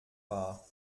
war